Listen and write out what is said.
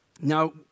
Now